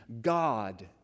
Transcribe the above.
God